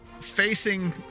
facing